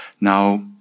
Now